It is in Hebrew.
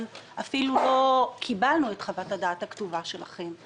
אפילו לא קיבלנו את חוות הדעת הכתובה שלכם,